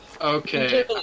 Okay